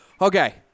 okay